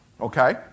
Okay